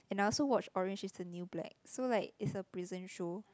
and also watch orange is the new black so like is the pleasant show